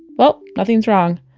welp nothing's wrong